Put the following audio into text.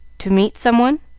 to meet someone?